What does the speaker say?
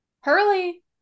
Hurley